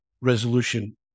resolution